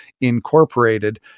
Incorporated